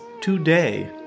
today